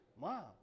Mom